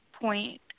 point